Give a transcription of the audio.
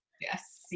Yes